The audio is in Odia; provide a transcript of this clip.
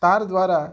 ତାର୍ ଦ୍ୱାରା